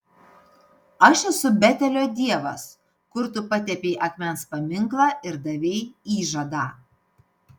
aš esu betelio dievas kur tu patepei akmens paminklą ir davei įžadą